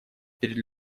перед